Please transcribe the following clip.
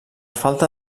falta